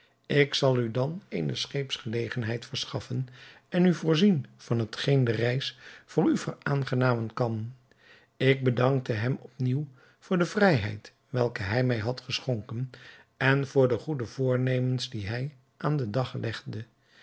ik zal u dan eene scheepsgelegenheid verschaffen en u voorzien van hetgeen de reis voor u veraangenamen kan ik bedankte hem op nieuw voor de vrijheid welke hij mij had geschonken en voor de goede voornemens die hij aan den dag legde